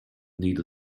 need